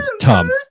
Tom